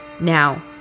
Now